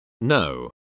No